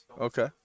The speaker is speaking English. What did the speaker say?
Okay